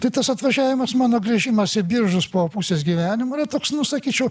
tai tas atvažiavimas mano grįžimas į biržus po pusės gyvenimo yra toks nu sakyčiau